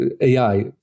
AI